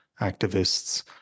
activists